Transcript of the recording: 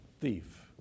thief